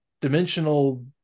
dimensional